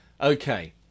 Okay